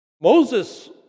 Moses